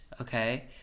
okay